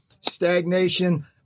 stagnation